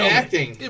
acting